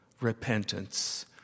repentance